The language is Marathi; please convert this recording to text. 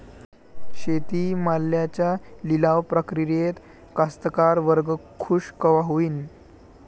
शेती मालाच्या लिलाव प्रक्रियेत कास्तकार वर्ग खूष कवा होईन?